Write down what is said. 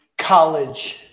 College